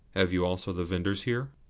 have you also the vendors here?